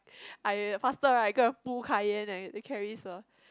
I faster right go and pull Kaiyen and Carrie